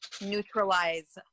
Neutralize